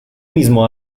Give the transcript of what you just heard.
mismo